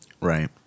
Right